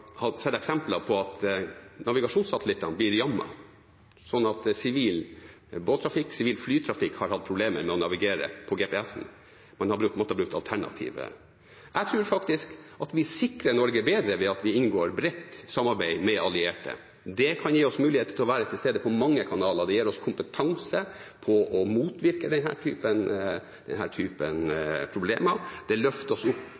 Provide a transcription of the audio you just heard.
har sett eksempler på at navigasjonssatellittene blir jammet, slik at sivil båttrafikk og sivil flytrafikk har hatt problemer med å navigere etter GPS og måttet bruke alternativer. Jeg tror faktisk at vi sikrer Norge bedre ved at vi inngår et bredt samarbeid med allierte. Det kan gi oss mulighet til å være til stede i mange kanaler, det gir oss kompetanse til å motvirke denne typen problemer, og det løfter oss opp